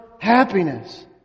happiness